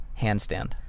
handstand